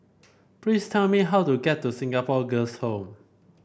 please tell me how to get to Singapore Girls' Home